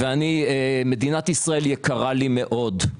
מדינת ישראל יקרה לי מאוד,